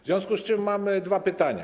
W związku z tym mam dwa pytania.